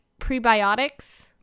prebiotics